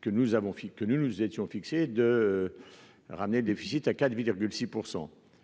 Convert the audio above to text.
que nous avons que nous nous étions fixé de ramener déficit à 4 6